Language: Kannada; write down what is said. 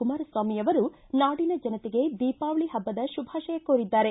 ಕುಮಾರಸ್ವಾಮಿ ಅವರು ನಾಡಿನ ಜನತೆಗೆ ದೀಪಾವಳಿ ಹಬ್ಬದ ಶುಭಾಶಯ ಕೋರಿದ್ದಾರೆ